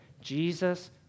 Jesus